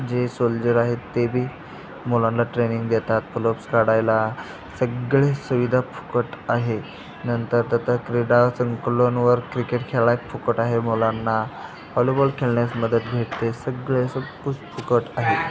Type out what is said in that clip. जे सोलजर आहेत तेबी मुलांना ट्रेनिंग देतात पुलप्स काढायला सगळे सुविधा फुकट आहे नंतर तर आता क्रीडा संकुलनवर क्रिकेट खेळाय फुकट आहे मुलांना व्हॉलीबॉल खेळण्यास मदत भेटते सगळे सगळंं फुकट आहे